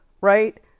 right